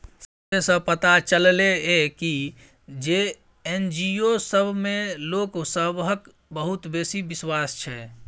survey सँ पता चलले ये की जे एन.जी.ओ सब मे लोक सबहक बहुत बेसी बिश्वास छै